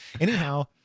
Anyhow